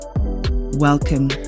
Welcome